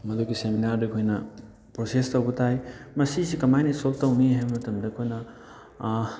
ꯃꯗꯨꯒꯤ ꯁꯦꯃꯤꯅꯥꯔꯗꯨ ꯑꯩꯈꯣꯏꯅ ꯄ꯭ꯔꯣꯁꯦꯁ ꯇꯧꯕ ꯇꯥꯏ ꯃꯁꯤꯁꯤ ꯀꯃꯥꯏꯅ ꯁꯣꯜꯕ ꯇꯧꯅꯤ ꯍꯥꯏꯕ ꯃꯇꯝꯗ ꯑꯩꯈꯣꯏꯅ